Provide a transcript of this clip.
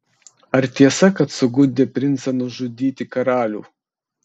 ar tiesa kad sugundė princą nužudyti karalių